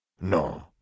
No